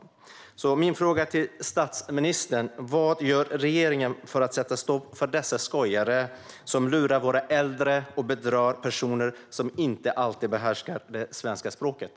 Min fråga till statsministern är: Vad gör regeringen för att sätta stopp för dessa skojare, som lurar våra äldre och bedrar personer som inte alltid behärskar svenska språket?